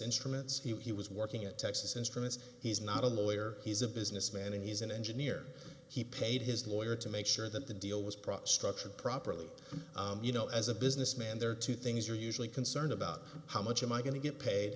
instruments he was working at texas instruments he's not a lawyer he's a businessman and he's an engineer he paid his lawyer to make sure that the deal was propped structured properly you know as a businessman there are two things are usually concerned about how much am i going to get paid